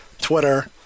Twitter